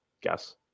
guess